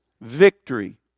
victory